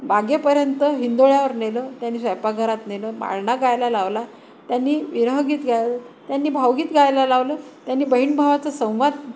बागेपर्यंत हिंदोळ्यावर नेलं त्यांनी स्वयंपाघरात नेलं पाळणा गायला लावला त्यांनी विरह गीत गाय त्यांनी भाऊगीत गायला लावलं त्यांनी बहीण भावाचा संवाद